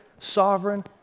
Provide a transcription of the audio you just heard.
sovereign